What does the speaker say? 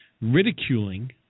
ridiculing